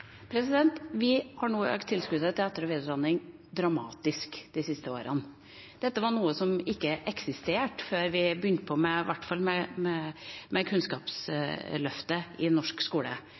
Vi har økt tilskuddet til etter- og videreutdanning dramatisk de siste årene. Dette er noe som i hvert fall ikke eksisterte før vi begynte med